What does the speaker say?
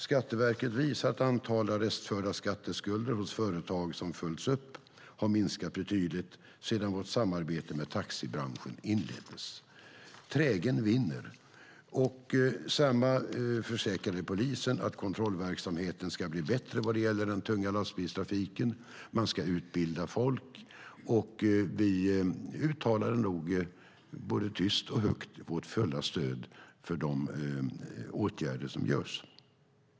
Skatteverket visar att antalet restförda skatteskulder hos företag som följts upp har minskat betydligt sedan vårt samarbete med taxibranschen inleddes. Trägen vinner. Samma sak försäkrade polisen. Kontrollverksamheten ska bli bättre vad gäller den tunga lastbilstrafiken och att man ska utbilda folk. Vi uttalade nog både tyst och högt vårt fulla stöd för de åtgärder som görs.